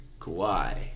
Kawhi